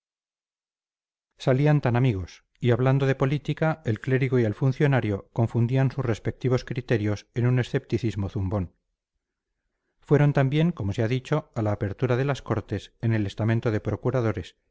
salían tan amigos y hablando de política el clérigo y el funcionario confundían sus respectivos criterios en un escepticismo zumbón fueron también como se ha dicho a la apertura de las cortes en el estamento de procuradores